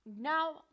Now